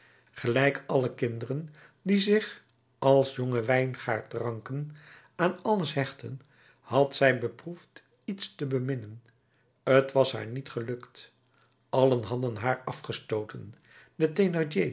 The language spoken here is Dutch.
gelijk alle kinderen die zich als jonge wijngaardranken aan alles hechten had zij beproefd iets te beminnen t was haar niet gelukt allen hadden haar afgestooten